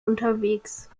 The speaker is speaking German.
unterwegs